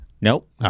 Nope